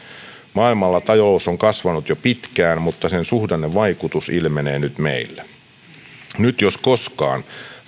maailmalla talous on kasvanut jo pitkään mutta sen suhdannevaikutus ilmenee nyt meillä nyt jos koskaan